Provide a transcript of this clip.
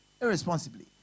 irresponsibly